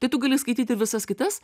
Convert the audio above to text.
tai tu gali skaityti visas kitas